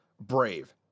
Brave